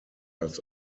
als